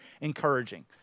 encouraging